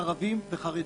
ערבים וחרדים.